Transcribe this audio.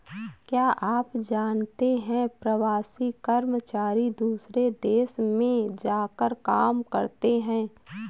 क्या आप जानते है प्रवासी कर्मचारी दूसरे देश में जाकर काम करते है?